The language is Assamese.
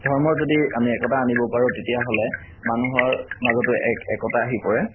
ধৰ্মৰ যদি আমি একতা আনিব পাৰোঁ তেতিয়াহ'লে মানুহৰ মাজতো এক একতা আহি পৰে